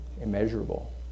immeasurable